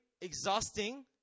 exhausting